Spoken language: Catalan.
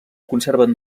conserven